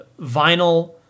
vinyl